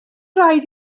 raid